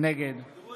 נגד פנינה